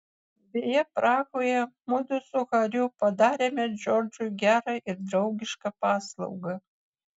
beje prahoje mudu su hariu padarėme džordžui gerą ir draugišką paslaugą